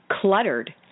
cluttered